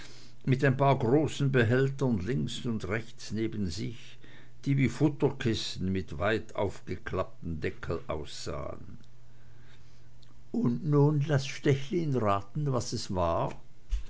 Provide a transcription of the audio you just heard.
mit ein paar großen behältern links und rechts neben sich die wie futterkisten mit weit aufgeklapptem deckel aussahen und nun laß stechlin raten was es war